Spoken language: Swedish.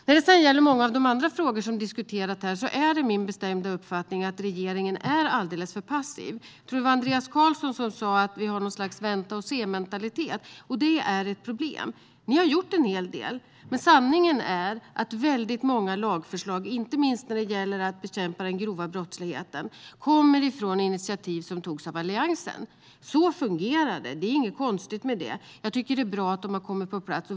När det gäller många av de frågor som har diskuterats här är det min bestämda uppfattning att regeringen är alldeles för passiv. Jag tror att det var Andreas Carlson som sa att det råder ett slags vänta-och-se-mentalitet. Det är ett problem. Ni har gjort en hel del, men sanningen är att många lagförslag, inte minst för att bekämpa den grova brottsligheten, kommer från initiativ som togs av Alliansen. Så fungerar det. Det är inget konstigt med det. Det är bra att lagförslagen har kommit på plats.